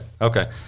okay